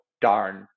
darn